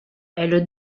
elle